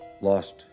lost